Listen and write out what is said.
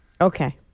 Okay